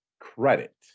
credit